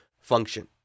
function